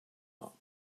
not